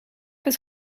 het